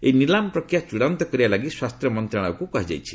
ଏହି ନିଲାମ ପ୍ରକ୍ରିୟା ଚୂଡାନ୍ତ କରିବା ଲାଗି ସ୍ୱାସ୍ଥ୍ୟ ମନ୍ତ୍ରଣାଳୟକୁ କୁହାଯାଇଛି